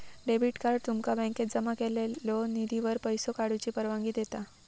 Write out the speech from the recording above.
debit card तुमका बँकेत जमा केलेल्यो निधीवर पैसो काढूची परवानगी देता